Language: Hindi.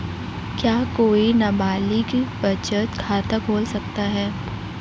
क्या कोई नाबालिग बचत खाता खोल सकता है?